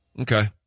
Okay